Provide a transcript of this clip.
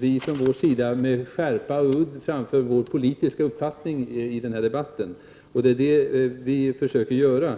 vi från vår sida med skärpa och udd framför vår politiska uppfattning i debatten. Det är vad vi försöker göra.